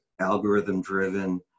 algorithm-driven